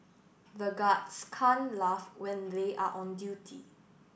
the guards can't laugh when they are on duty